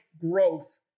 growth